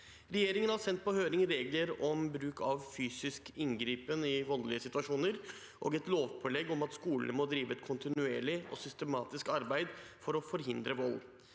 Regjeringen har sendt på høring regler om bruk av fysisk inngripen i voldelige situasjoner og et lovpålegg om at skolene må drive et kontinuerlig og systematisk arbeid for å forhindre vold.